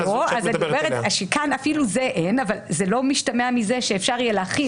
אני אומרת שכאן אפילו זה אין אבל לא משתמע מזה שאפשר יהיה להחיל